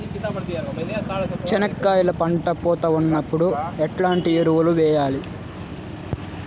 చెనక్కాయలు పంట పూత ఉన్నప్పుడు ఎట్లాంటి ఎరువులు వేయలి?